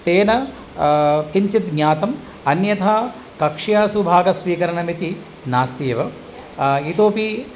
तेन किञ्चित् ज्ञातम् अन्यथा कक्षासु भागस्वीकरणमिति नास्त्येव इतोऽपि